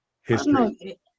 history